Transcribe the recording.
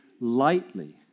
lightly